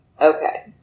Okay